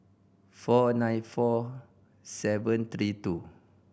four nine four seven three two